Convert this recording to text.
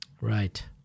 Right